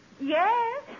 Yes